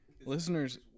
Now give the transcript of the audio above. listeners